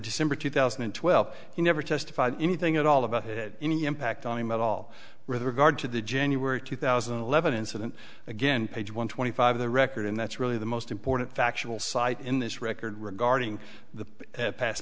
december two thousand and twelve he never testified anything at all about it any impact on him at all with regard to the january two thousand and eleven incident again page one twenty five the record and that's really the most important factual cite in this record regarding the past